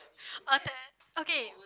uh okay